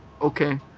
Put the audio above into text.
Okay